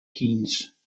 keynes